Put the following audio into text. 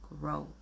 growth